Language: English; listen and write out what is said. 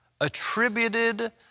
attributed